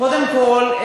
קודם כול,